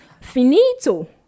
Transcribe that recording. Finito